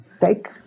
take